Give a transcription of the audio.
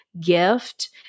gift